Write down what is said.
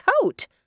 coat